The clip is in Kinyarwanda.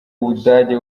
budage